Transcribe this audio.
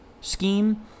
scheme